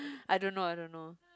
I don't know I don't know